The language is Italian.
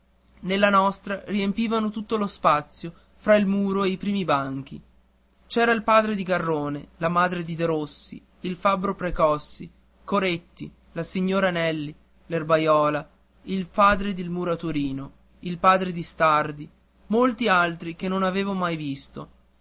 nella nostra riempivano tutto lo spazio fra il muro e i primi banchi c'era il padre di garrone la madre di derossi il fabbro precossi coretti la signora nelli l'erbaiola il padre del muratorino il padre di stardi molti altri che non avevo mai visti